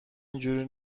اینجوری